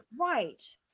Right